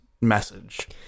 message